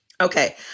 Okay